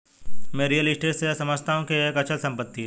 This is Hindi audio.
मैं रियल स्टेट से यह समझता हूं कि यह एक अचल संपत्ति है